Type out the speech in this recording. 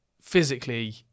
physically